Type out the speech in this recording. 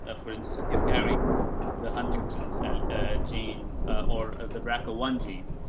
ah for instance, yeah scary the huntington's and ah gene or the brca one gene.